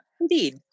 Indeed